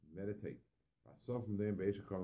meditate